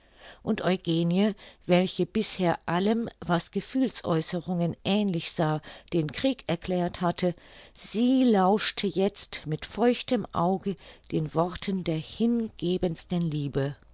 und eugenie welche bisher allem was gefühlsäußerungen ähnlich sah den krieg erklärt hatte sie lauschte jetzt mit feuchtem auge den worten der hingebendsten liebe